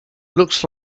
looks